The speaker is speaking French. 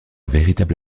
véritable